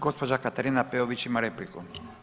Gospođa Katarina Peović ima repliku.